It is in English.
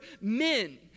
men